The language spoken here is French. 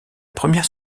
première